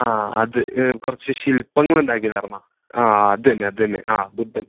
ആ അത് കുറച്ച് ശില്പങ്ങള് ഉണ്ടാക്കിയില്ലായിരുന്നുവോ ആ അതുതന്നെ അതുതന്നെ ആ ബുദ്ധൻ